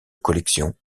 collection